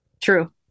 True